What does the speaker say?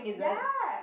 ya